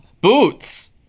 boots